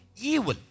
evil